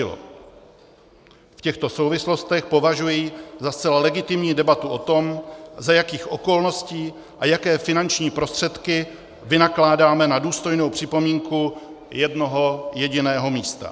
V těchto souvislostech považuji za zcela legitimní debatu o tom, za jakých okolností a jaké finanční prostředky vynakládáme na důstojnou připomínku jednoho jediného místa.